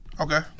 Okay